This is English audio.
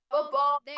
football